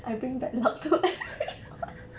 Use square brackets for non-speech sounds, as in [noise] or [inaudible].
[laughs]